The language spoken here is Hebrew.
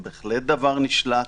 זה בהחלט דבר נשלט.